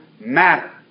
matter